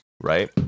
right